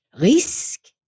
risque